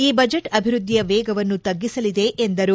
ಈ ಬಜೆಟ್ ಅಭಿವೃದ್ಧಿಯ ವೇಗವನ್ನು ತ್ಗುಸಲಿದೆ ಎಂದರು